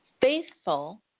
faithful